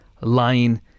lying